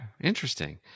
Interesting